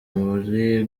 muri